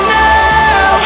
now